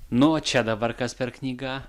nu o čia dabar kas per knyga